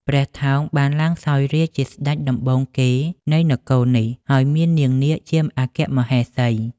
ព្រះថោងបានឡើងសោយរាជ្យជាស្ដេចដំបូងគេនៃនគរនេះ ហើយមាននាងនាគជាអគ្គមហេសី។